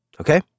Okay